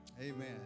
Amen